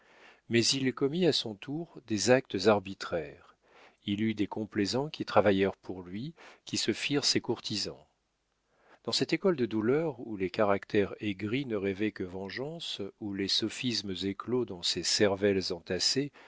mais il commit à son tour des actes arbitraires il eut des complaisants qui travaillèrent pour lui qui se firent ses courtisans dans cette école de douleur où les caractères aigris ne rêvaient que vengeance où les sophismes éclos dans ces cervelles entassées